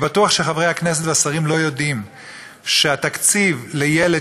אני בטוח שחברי הכנסת והשרים לא יודעים שהתקציב לילד